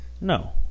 No